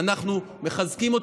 את המענק המוגדל,